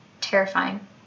terrifying